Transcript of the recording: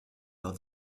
leurs